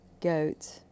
Goat